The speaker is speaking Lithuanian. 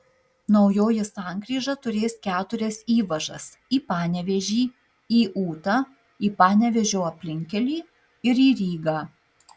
naujoji sankryža turės keturias įvažas į panevėžį į ūtą į panevėžio aplinkkelį ir į rygą